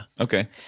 Okay